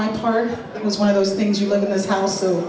my part it was one of those things you live in this house s